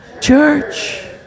church